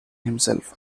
himself